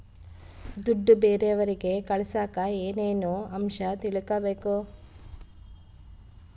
ದುಡ್ಡು ಬೇರೆಯವರಿಗೆ ಕಳಸಾಕ ಏನೇನು ಅಂಶ ತಿಳಕಬೇಕು?